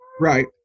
Right